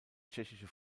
tschechische